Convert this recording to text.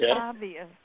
obvious